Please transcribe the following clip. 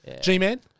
G-Man